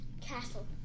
castle